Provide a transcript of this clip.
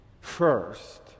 first